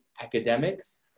academics